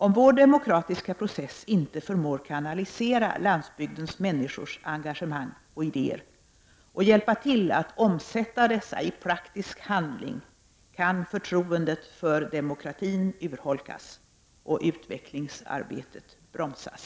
Om vår demokratiska process inte förmår kanalisera landsbygdens människors engagemang och idéer och hjälpa till att omsätta dessa i praktisk handling, kan förtroendet för demokratin urholkas och utvecklingsarbetet bromsas.”